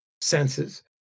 senses